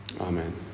Amen